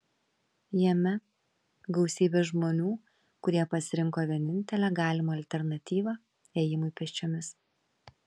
jame gausybė žmonių kurie pasirinko vienintelę galimą alternatyvą ėjimui pėsčiomis